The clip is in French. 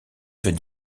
veut